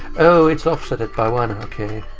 oh, it's offset by one. ok.